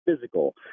physical